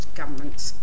governments